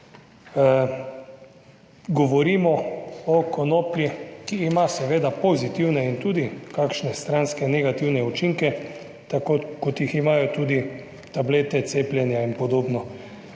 Govorimo o konoplji, ki ima seveda pozitivne in tudi kakšne stranske, negativne učinke, tako kot jih imajo tudi tablete, cepljenja in podobno.